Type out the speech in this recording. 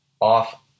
Off